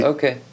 Okay